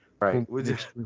Right